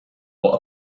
what